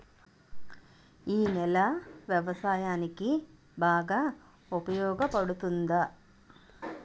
ఈ నేల వ్యవసాయానికి బాగా ఉపయోగపడుతుందా?